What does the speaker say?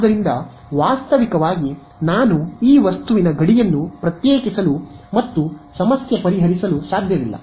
ಆದ್ದರಿಂದ ವಾಸ್ತವಿಕವಾಗಿ ನಾನು ಈ ವಸ್ತುವಿನ ಗಡಿಯನ್ನು ಪ್ರತ್ಯೇಕಿಸಲು ಮತ್ತು ಸಮಸ್ಯೆ ಪರಿಹರಿಸಲು ಸಾಧ್ಯವಿಲ್ಲ